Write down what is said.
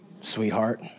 sweetheart